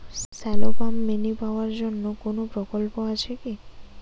Shallow pump mini power জন্য কোনো প্রকল্প আছে কি?